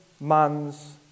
man's